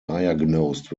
diagnosed